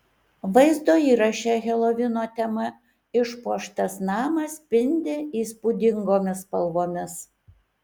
vaizdo įraše helovino tema išpuoštas namas spindi įspūdingomis spalvomis